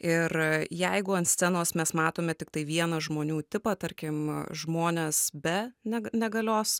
ir jeigu ant scenos mes matome tiktai vieną žmonių tipą tarkim žmones be ne negalios